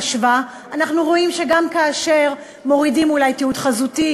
אנחנו רואים שגם כאשר מורידים אולי תיעוד חזותי,